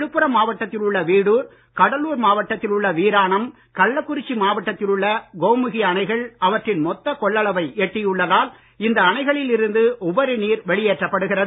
விழுப்புரம் மாவட்டத்தில் உள்ள வீடுர் கடலூர் மாவட்டத்தில் உள்ள வீராணம் கள்ளக்குறிச்சி மாவட்டத்தில் உள்ள கோழுகி அணைகள் அவற்றின் மொத்தக் கொள்ளளவை எட்டியுள்ளதால் இந்த அணைகளில் இருந்து உபரி நீர் வெளியேற்றப் படுகிறது